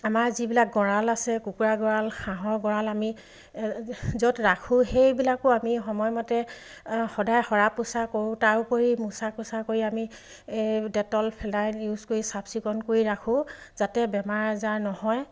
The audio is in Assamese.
আমাৰ যিবিলাক গঁৰাল আছে কুকুৰা গঁৰাল হাঁহৰ গঁৰাল আমি য'ত ৰাখোঁ সেইবিলাকো আমি সময়মতে সদায় সৰা পোচা কৰোঁ তাৰোপৰি মোচা কোচা কৰি আমি ডেটল ফেনালাইন ইউজ কৰি চাফ চিকুণ কৰি ৰাখোঁ যাতে বেমাৰ আজাৰ নহয়